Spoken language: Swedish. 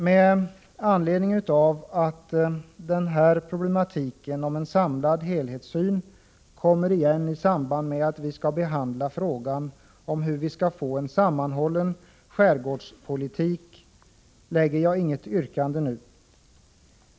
Med anledning av att problematiken rörande en samlad helhetssyn kommer igen i samband med att vi skall behandla frågan om hur vi skall få en samlad skärgårdspolitik, lägger jag inte fram något yrkande nu.